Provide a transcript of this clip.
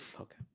okay